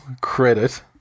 credit